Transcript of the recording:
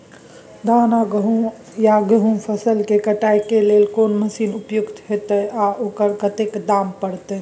धान आ गहूम या गेहूं फसल के कटाई के लेल कोन मसीन उपयुक्त होतै आ ओकर कतेक दाम परतै?